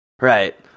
Right